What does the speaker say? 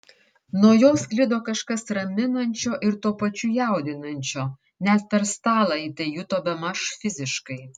nuo jo sklido kažkas raminančio ir tuo pačiu jaudinančio net per stalą ji tai juto bemaž fiziškai